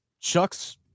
chucks